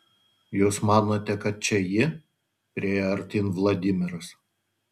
jūs manote kad čia ji priėjo artyn vladimiras